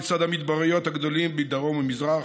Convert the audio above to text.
לצד המדבריות הגדולים מדרום וממזרח.